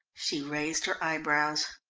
she raised her eyebrows.